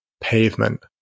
pavement